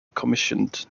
commissioned